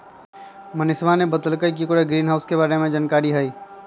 मनीषवा ने बतल कई कि ओकरा ग्रीनहाउस के बारे में जानकारी हई